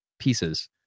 pieces